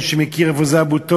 מי שמכיר איפה זה אבו-תור,